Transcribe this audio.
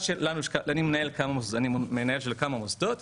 אני מנהל כמה מוסדות.